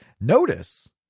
notice